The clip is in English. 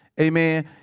Amen